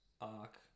arc